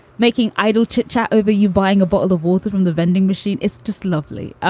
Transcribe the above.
making idle chitchat over you, buying a bottle of water from the vending machine. it's just lovely. ah